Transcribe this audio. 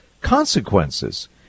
consequences